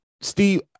Steve